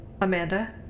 Amanda